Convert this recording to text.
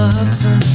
Hudson